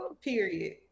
period